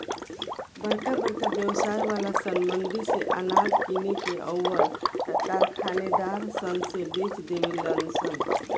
बरका बरका व्यवसाय वाला सन मंडी से अनाज किन के अउर कारखानेदार सन से बेच देवे लन सन